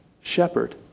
shepherd